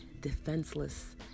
defenseless